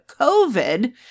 COVID